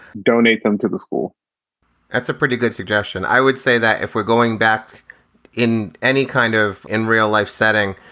donate them to the school that's a pretty good suggestion. i would say that if we're going back in any kind of in real life setting.